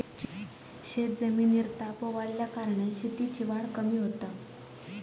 शेतजमिनीर ताबो वाढल्याकारणान शेतीची वाढ कमी होता